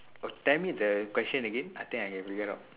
oh tell me the question again I think I can figure out